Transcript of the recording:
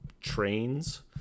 trains